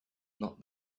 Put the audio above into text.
not